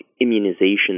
immunization